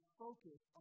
focus